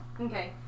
Okay